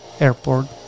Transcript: Airport